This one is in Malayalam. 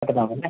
അതാണല്ലേ